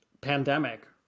pandemic